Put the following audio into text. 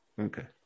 Okay